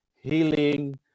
healing